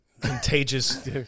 contagious